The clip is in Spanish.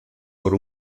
por